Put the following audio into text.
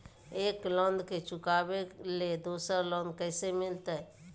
एक लोन के चुकाबे ले दोसर लोन कैसे मिलते?